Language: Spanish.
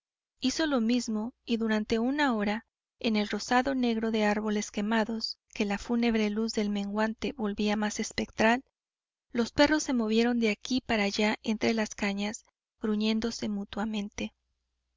hizo lo mismo y durante una hora en el rozado negro de árboles quemados que la fúnebre luz del menguante volvía más espectral los perros se movieron de aquí para allá entre las cañas gruñéndose mutuamente